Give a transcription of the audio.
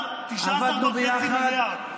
19.5 מיליארד,